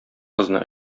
кызны